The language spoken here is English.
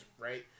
right